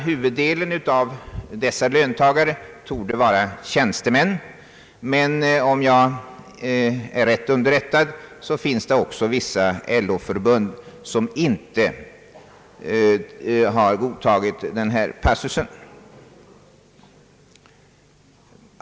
Huvuddelen av dessa löntagare torde vara tjänstemän, men om jag är rätt underrättad finns det också vissa LO-förbund som inte har godtagit denna passus.